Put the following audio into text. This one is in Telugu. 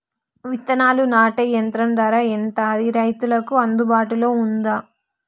విత్తనాలు నాటే యంత్రం ధర ఎంత అది రైతులకు అందుబాటులో ఉందా?